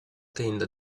tenda